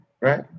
right